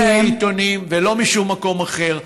לא מהעיתונים ולא משום מקום אחר.